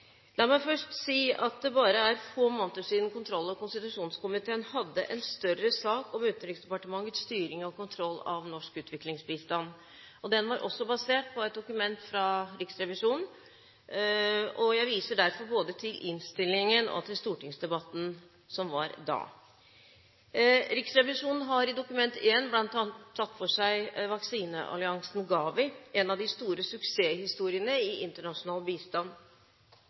La meg først si at det bare er få måneder siden kontroll- og konstitusjonskomiteen hadde en større sak om Utenriksdepartementets styring og kontroll av norsk utviklingsbistand. Den var også basert på et dokument fra Riksrevisjonen. Jeg viser derfor både til innstillingen og til stortingsdebatten som var da. Riksrevisjonen har i Dokument 1 bl.a. tatt for seg vaksinealliansen GAVI, en av de store suksesshistoriene i internasjonal bistand.